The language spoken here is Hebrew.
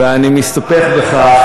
ואני מסתפק בכך